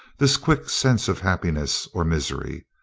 this quick sense of happiness or misery?